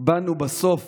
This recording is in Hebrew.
באנו בסוף